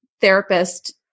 therapist